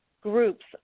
groups